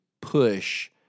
push